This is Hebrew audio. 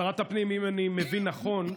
שרת הפנים, אם אני מבין נכון,